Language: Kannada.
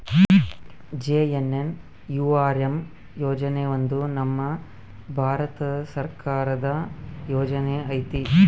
ಜೆ.ಎನ್.ಎನ್.ಯು.ಆರ್.ಎಮ್ ಯೋಜನೆ ಒಂದು ನಮ್ ಭಾರತ ಸರ್ಕಾರದ ಯೋಜನೆ ಐತಿ